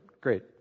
Great